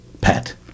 pet